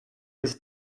this